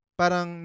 parang